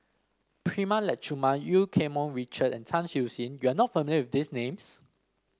Prema Letchumanan Eu Keng Mun Richard and Tan Siew Sin you are not familiar with these names